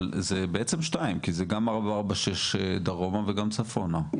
אבל זה בעצם שניים כי זה גם 446 דרומה וגם צפונה.